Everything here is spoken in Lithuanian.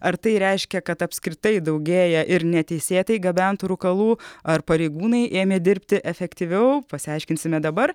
ar tai reiškia kad apskritai daugėja ir neteisėtai gabentų rūkalų ar pareigūnai ėmė dirbti efektyviau pasiaiškinsime dabar